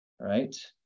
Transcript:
right